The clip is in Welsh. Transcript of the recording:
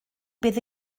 beth